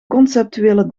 conceptuele